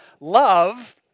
Love